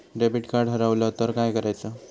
Debit card हरवल तर काय करायच?